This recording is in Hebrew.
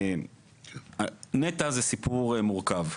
נת"ע זה סיפור מורכב.